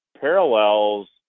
parallels